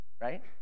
right